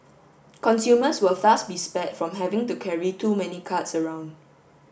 consumers will thus be spared from having to carry too many cards around